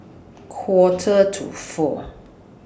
Quarter to four